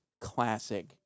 classic